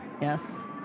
Yes